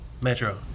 Metro